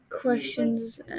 Questions